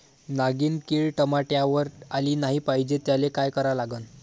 नागिन किड टमाट्यावर आली नाही पाहिजे त्याले काय करा लागन?